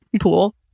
pool